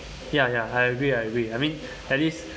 ya ya I agree I agree I mean at least